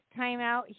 timeout